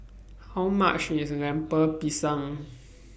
How much IS Lemper Pisang